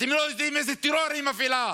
אתם לא יודעים איזה טרור היא מפעילה.